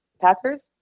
Packers